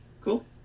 Cool